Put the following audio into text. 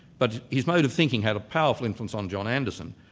but his mode of thinking had a powerful influence on john anderson,